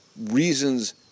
reasons